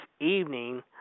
evening